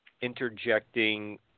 interjecting